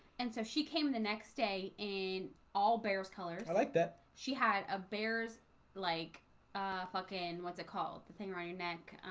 and so she came the next day in all bears colors like that. she had a bears like fuckin, what's it called? the thing around her neck?